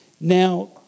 Now